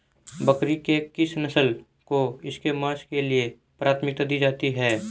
बकरी की किस नस्ल को इसके मांस के लिए प्राथमिकता दी जाती है?